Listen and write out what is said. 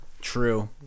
True